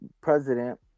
president